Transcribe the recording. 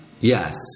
Yes